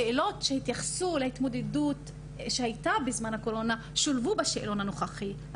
שאלות שהתייחסו להתמודדות שהייתה בזמן הקורונה שולבו בשאלון הנוכחי,